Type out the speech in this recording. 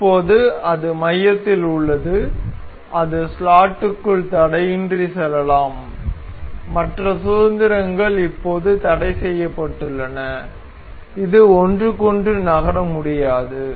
இப்போது அது மையத்தில் உள்ளது அது ஸ்லாட்டுக்குள் தடையின்றி செல்லாம் மற்ற சுதந்திரங்கள் இப்போது தடைசெய்யப்பட்டுள்ளன இது ஒன்றுக்கொன்று நகர முடியாது